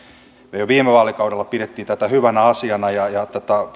me jo viime vaalikaudella pidimme tätä hyvänä asiana ja ja